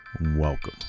Welcome